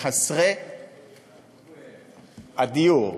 לחסרי הדיור,